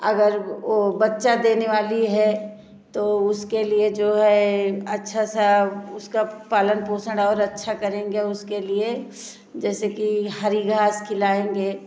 अगर वो बच्चा देने वाली है तो उसके लिए जो है अच्छा सा उसका पालन पोषण और अच्छा करेंगे उसके लिए जैसे कि हरी घांस खिलाएंगे